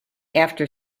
after